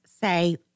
say